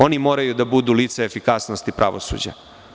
Ona moraju da budu lica efikasnosti pravosuđa.